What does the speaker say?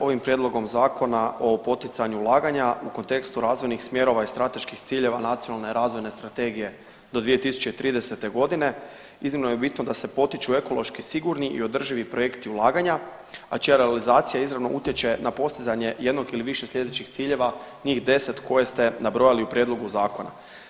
Ovim prijedlogom zakona o poticanju ulaganja u kontekstu razvojnih smjerova i strateških ciljeva Nacionalne razvojne strategije do 2030.g. iznimno je bitno da se potiču ekološki sigurni i održivi projekti ulaganja, a čija realizacija izravno utječe na postizanje jednog ili više sljedećih ciljeva njih 10 koje ste nabrojali u prijedlogu zakona.